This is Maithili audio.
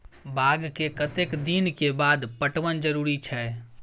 बाग के कतेक दिन के बाद पटवन जरूरी छै?